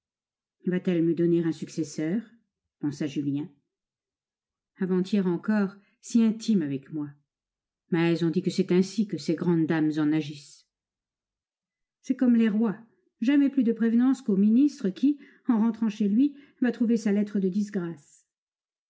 va-t-elle me donner un successeur pensa julien avant-hier encore si intime avec moi mais on dit que c'est ainsi que ces grandes dames en agissent c'est comme les rois jamais plus de prévenances qu'au ministre qui en rentrant chez lui va trouver sa lettre de disgrâce